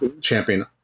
champion